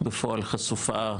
בפועל חשופה,